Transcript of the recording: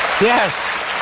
Yes